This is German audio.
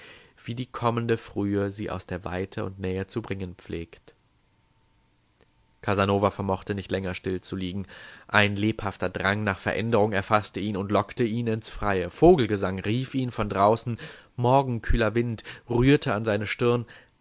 wie die kommende frühe sie aus der weite und nähe zu bringen pflegt casanova vermochte nicht länger still zu liegen ein lebhafter drang nach veränderung erfaßte ihn und lockte ihn ins freie vogelgesang rief ihn von draußen morgenkühler wind rührte an seine stirn